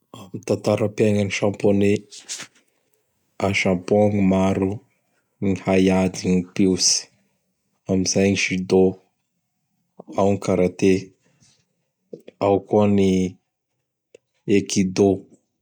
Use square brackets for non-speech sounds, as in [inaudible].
[noise] Am tataram-piaignan'i Japonais. [noise] A Japon gn maro gny haiady gn mipiotsy. Am zay gn Judo, ao gn Karaté, ao koa ny Ekido. [noise]